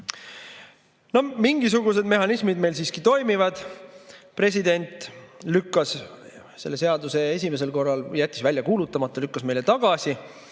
No mingisugused mehhanismid meil siiski toimivad, president lükkas selle seaduse esimesel korral tagasi, jättis selle välja kuulutamata, lükkas meile tagasi.